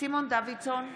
סימון דוידסון,